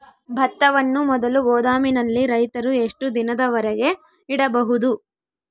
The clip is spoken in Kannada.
ಭತ್ತವನ್ನು ಮೊದಲು ಗೋದಾಮಿನಲ್ಲಿ ರೈತರು ಎಷ್ಟು ದಿನದವರೆಗೆ ಇಡಬಹುದು?